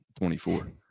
24